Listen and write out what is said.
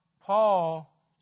Paul